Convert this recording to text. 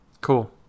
Cool